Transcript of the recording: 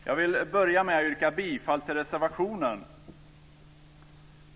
Fru talman! Jag vill börja med att yrka bifall till reservationen.